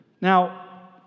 Now